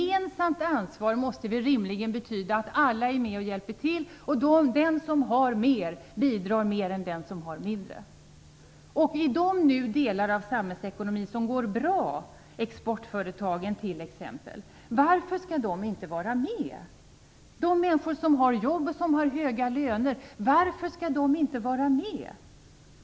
Ett gemensamt ansvar måste väl rimligen betyda att alla är med och hjälper till och att den som har mer bidrar mer än den som har mindre. Varför skall inte de delar av samhällsekonomin som går bra, t.ex. exportföretagen, vara med? Varför skall inte de människor som har jobb med hög lön vara med?